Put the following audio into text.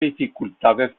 dificultades